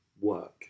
work